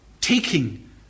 taking